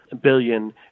billion